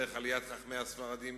דרך עליית חכמי הספרדים